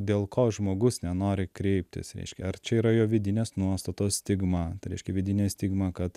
dėl ko žmogus nenori kreiptis reiškia ar čia yra jo vidinės nuostatos stigma reiškia vidinė stigma kad